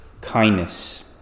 kindness